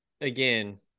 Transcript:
again